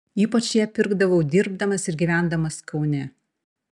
ypač ją pirkdavau dirbdamas ir gyvendamas kaune